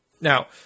Now